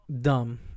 Dumb